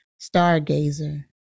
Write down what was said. Stargazer